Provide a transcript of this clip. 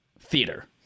theater